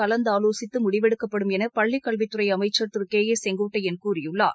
கலந்தாலோசித்து முடிவெடுக்கப்படும் என பள்ளி கல்வித் துறை அமைச்சர் திரு கே ஏ செங்கோட்டையன் கூறியுள்ளார்